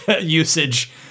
usage